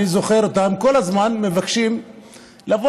אני זוכר אותם כל הזמן מבקשים לבוא